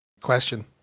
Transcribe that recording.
question